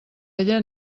ella